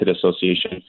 Association